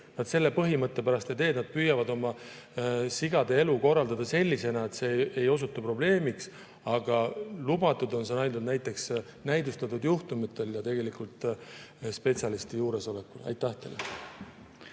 nad põhimõtte pärast ei tee, nad püüavad sigade elu korraldada sellisena, et see ei osutu probleemiks. Aga lubatud on see näiteks näidustatud juhtudel ja spetsialisti juuresolekul. Aitäh selle